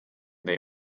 they